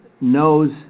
knows